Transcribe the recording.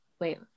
wait